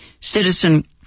citizen